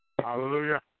hallelujah